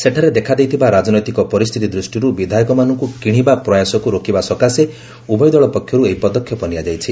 ସେଠାରେ ଦେଖାଦେଇଥିବା ରାଜନୈତିକ ପରିସ୍ଥିତି ଦୃଷ୍ଟିରୁ ବିଧାୟକମାନଙ୍କୁ କିଶିବା ପ୍ରୟାସକୁ ରୋକିବା ସକାଶେ ଉଭୟ ଦଳ ପକ୍ଷରୁ ଏହି ପଦକ୍ଷେପ ନିଆଯାଇଛି